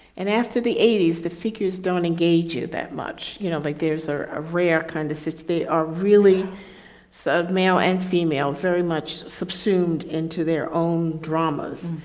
and after the eighty s the figures don't engage you that much. you know, like there's a ah rare kind of sits they are really sub male and female very much subsumed into their own dramas.